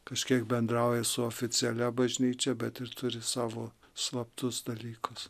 kažkiek bendrauja su oficialia bažnyčia bet ir turi savo slaptus dalykus